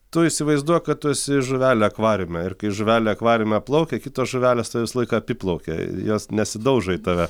tu įsivaizduok kad tu esi žuvelė akvariume ir kai žuvelė akvariume plaukia kitos žuvelės tave visą laiką apiplaukė jos nesidaužoį tave